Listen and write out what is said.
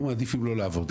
אנחנו מעדיפים לא לעבוד.